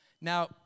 Now